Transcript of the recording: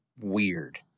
weird